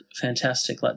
fantastic